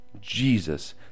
jesus